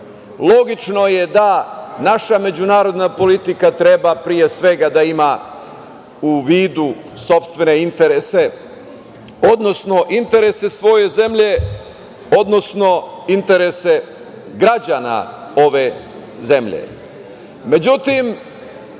Logično je da naša međunarodna politika treba pre svega da ima u vidu sopstvene interese, odnosno interese svoje zemlje, odnosno interese građana ove